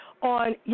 on